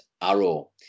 Arrow